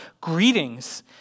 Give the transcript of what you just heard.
greetings